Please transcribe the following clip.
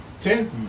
Ten